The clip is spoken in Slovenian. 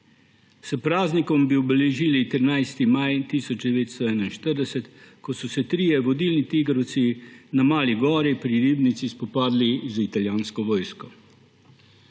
S praznikom bi obeležili 13. maj 1941, ko so se trije vodilni tigrovci na Mali gori pri Ribnici spopadli z italijansko vojsko.